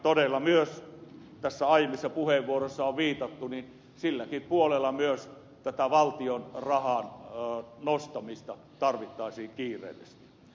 kuten myös aiemmissa puheenvuoroissa on viitattu silläkin puolella myös tätä valtion rahan nostamista tarvittaisiin kiireellisesti